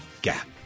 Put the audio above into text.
Gap